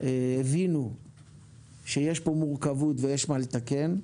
הבינו שיש כאן מורכבות ויש מה לתקן.